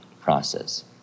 process